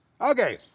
Okay